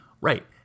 Right